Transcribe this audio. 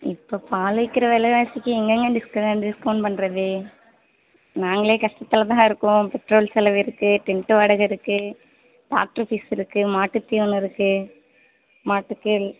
இப்போ பால் விற்கிற விலைவாசிக்கு எங்கங்கே டிஸ் டிஸ்கவுண்ட்டு பண்ணுறது நாங்களே கஷ்டத்தில் தான் இருக்கோம் பெட்ரோல் செலவு இருக்குது டென்ட்டு வாடகை இருக்குது டாக்டர் ஃபீஸ் இருக்குது மாட்டுத் தீவனம் இருக்குது மாட்டுக்கு